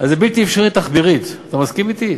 זה בלתי אפשרי תחבירית, אתה מסכים אתי?